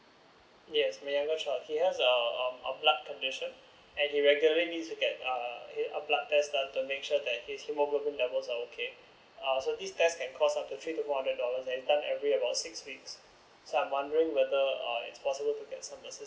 yes my youngest child he has a a blood condition and he regularly needs to get uh a blood test done to make sure that his hemoglobin levels are okay uh so this test can cost up to three to four hundred dollars and done every week so I'm wondering whether it's possible to get some